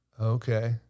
Okay